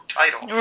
title